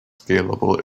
scalable